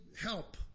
help